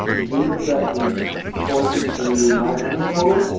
the data set is closer to nine hundred total.